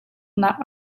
nak